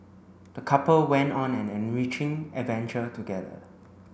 the couple went on an enriching adventure together